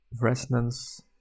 Resonance